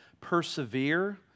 persevere